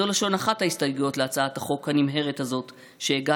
זו לשון אחת ההסתייגויות להצעת החוק הנמהרת הזאת שהגשנו,